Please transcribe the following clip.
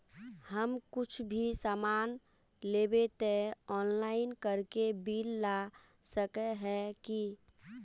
हम कुछ भी सामान लेबे ते ऑनलाइन करके बिल ला सके है की?